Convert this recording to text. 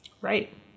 Right